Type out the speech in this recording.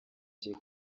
jye